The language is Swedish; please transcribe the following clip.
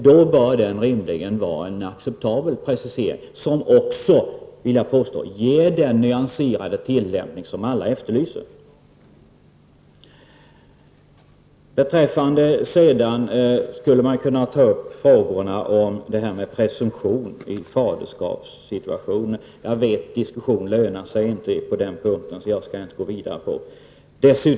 Det bör därför rimligen vara en acceptabel precisering som, vill jag påstå, skulle ge den nyanserade tillämpning som alla efterlyser. Man skulle kunna ta upp frågorna om faderskapspresumtion. Jag vet att diskussion inte lönar sig på den punkten. Jag skall inte gå vidare med detta.